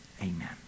Amen